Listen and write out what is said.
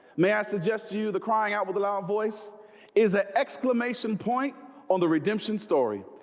may i suggest you the crying out with a loud voice is an exclamation point on the redemption story?